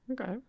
Okay